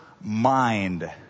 mind